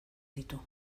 ditu